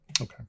Okay